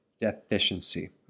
deficiency